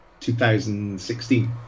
2016